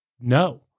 no